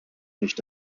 nicht